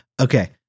Okay